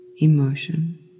emotion